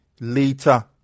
later